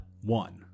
one